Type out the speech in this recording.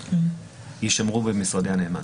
יישמרו במשרדי הנאמן.